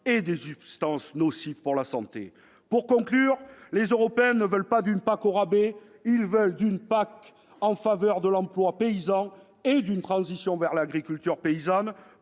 et des substances nocives pour la santé. Pour conclure, les Européens veulent non pas d'une PAC au rabais, mais d'une PAC en faveur de l'emploi paysan et d'une transition vers l'agriculture paysanne,